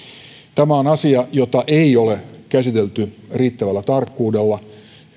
tämä on asia jota ei ole käsitelty riittävällä tarkkuudella